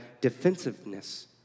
defensiveness